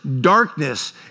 darkness